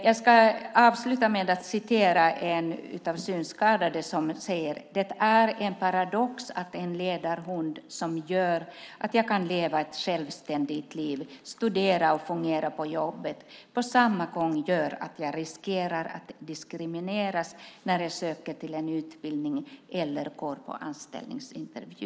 Jag ska avsluta med att återge något som en synskadad person har sagt: Det är en paradox att en ledarhund, som gör att jag kan leva ett självständigt liv, studera och fungera på jobbet på samma gång gör att jag riskerar att diskrimineras när jag söker till en utbildning eller går på anställningsintervju.